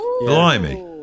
Blimey